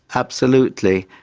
absolutely.